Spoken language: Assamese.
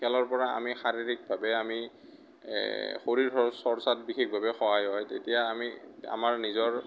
খেলৰ পৰা আমি শাৰীৰিকভাৱে আমি শৰীৰ চৰ্চাত বিশেষভাৱে সহায় হয় তেতিয়া আমি আমাৰ নিজৰ